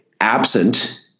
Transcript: absent